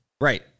right